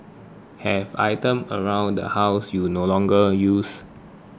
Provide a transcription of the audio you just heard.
have items around the house you no longer use